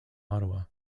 ottawa